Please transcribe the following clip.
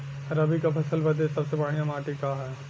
रबी क फसल बदे सबसे बढ़िया माटी का ह?